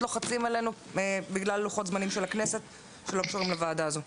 לוחצים עלינו בגלל לוחות-זמנים של הכנסת שלא קשורים לוועדה הזאת.